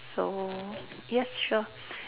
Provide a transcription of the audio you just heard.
so yes sure